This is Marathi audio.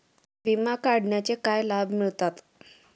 विमा काढण्याचे काय लाभ मिळतात?